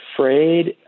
afraid